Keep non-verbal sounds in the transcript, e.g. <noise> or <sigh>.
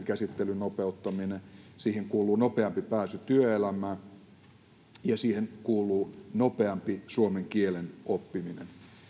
<unintelligible> käsittelyn nopeuttaminen siihen kuuluu nopeampi pääsy työelämään ja siihen kuuluu nopeampi suomen kielen oppiminen